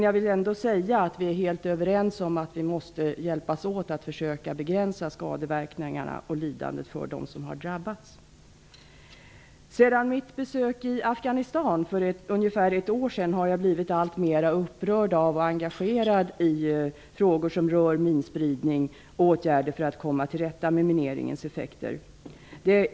Jag vill ändå säga att vi är helt överens om att vi måste hjälpas åt för att försöka begränsa skadeverkningarna och lidandet för dem som har drabbats. Sedan mitt besök i Afghanistan för ungefär ett år sedan har jag blivit alltmer upprörd av och engagerad i frågor som rör minspridning och åtgärder för att komma till rätta med mineringens effekter.